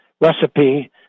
recipe